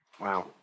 Wow